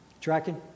Tracking